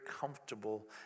comfortable